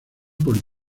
por